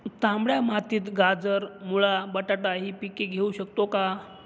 तांबड्या मातीत गाजर, मुळा, बटाटा हि पिके घेऊ शकतो का?